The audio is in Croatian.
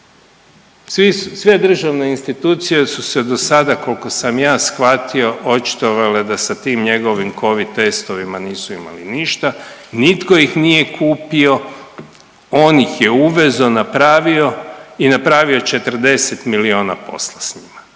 sve državne institucije su se dosada kolko sam ja shvatio očitovale da sa tim njegovim covid testovima nisu imali ništa, nitko ih nije kupio, on ih je uvezao i napravio i napravio je 40 milijuna posla s njima.